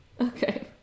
Okay